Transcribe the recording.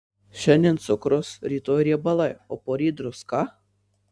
šiandien cukrus rytoj riebalai o poryt druska